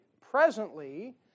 presently